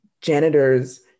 janitors